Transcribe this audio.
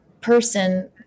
person